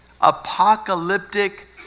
apocalyptic